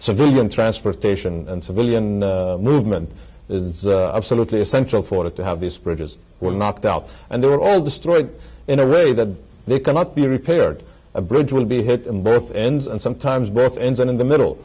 civilian transportation and civilian movement is absolutely essential for it to have these bridges were knocked out and they were all destroyed in a way that they cannot be repaired a bridge will be hit both ends and sometimes both ends and in the middle